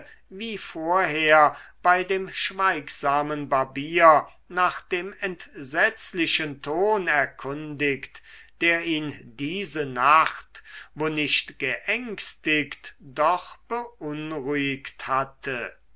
wie vorher bei dem schweigsamen barbier nach dem entsetzlichen ton erkundigt der ihn diese nacht wo nicht geängstigt doch beunruhigt hatte